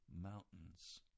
mountains